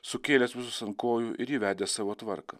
sukėlęs visus ant kojų ir įvedęs savo tvarką